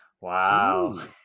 Wow